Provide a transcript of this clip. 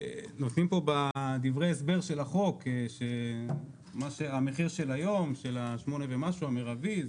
נותנים בו בדברי הסבר של החוק שמה שהמחיר של היום של ה-8 ומשהו המרבי,